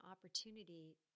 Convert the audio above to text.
opportunity